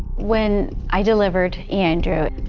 when i delivered andrew,